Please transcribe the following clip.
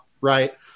right